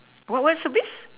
what what service